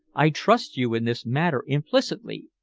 i trust you in this matter implicitly.